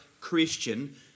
Christian